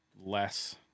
less